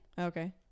okay